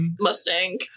Mustang